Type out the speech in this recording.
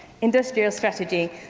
industrial strategy,